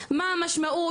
מה המשמעות?